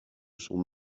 son